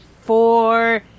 four